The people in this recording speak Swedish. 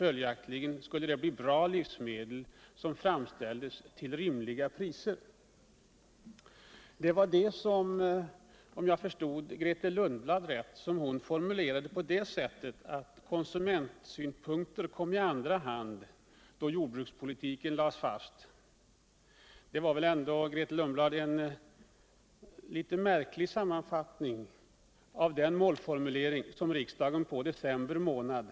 Följaktligen skulle det framställas bra livsmedel till rimliga priser. Det var detta som Grethe Lundblad, om jag förstod henne rätt, formulerade på det sättet att konsumenternas synpunkter kom i andra hand då Jordbrukspolitiken lades fast. Det var väl ändå, Grethe Lundblad, en litet märklig sammanfattning av de mål som riksdagen i december formulerade.